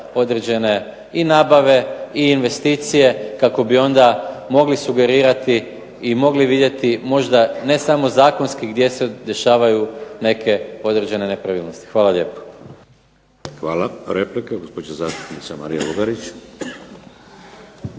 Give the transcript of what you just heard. određene i nabave i investicije kako bi onda mogli sugerirati i mogli vidjeti možda ne samo zakonski gdje se dešavaju neke određene nepravilnosti. Hvala lijepo. **Šeks, Vladimir (HDZ)** Hvala. Replika, gospođa zastupnica Marija Lugarić.